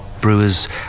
brewers